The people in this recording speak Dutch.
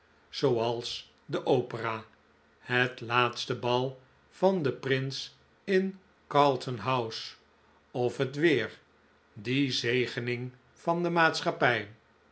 zooals de opera het laatste bal van den prins in carlton house of het weer die zegening van de maatschappij